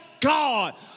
God